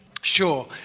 sure